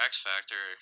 X-factor